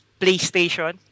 PlayStation